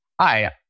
hi